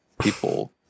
People